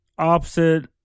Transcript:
Opposite